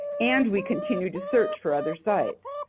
and we continue to search for other sites.